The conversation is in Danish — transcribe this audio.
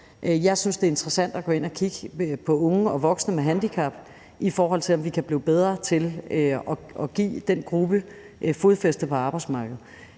Jeg synes, det er interessant at gå ind og kigge på unge og voksne med handicap, i forhold til om vi kan blive bedre til at give den gruppe et fodfæste på arbejdsmarkedet.